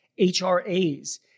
HRAs